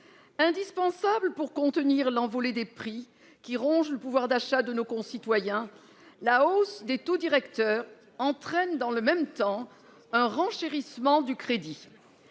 Indispensable pour contenir l'envolée des prix, qui ronge le pouvoir d'achat de nos concitoyens, la hausse des taux directeurs entraîne dans le même temps un renchérissement du crédit.